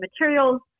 materials